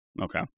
Okay